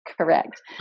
Correct